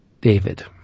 David